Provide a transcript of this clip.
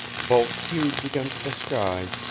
bulked huge against the sky,